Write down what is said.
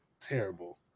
Terrible